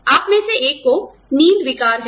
आप में से एक को एक नींद विकार है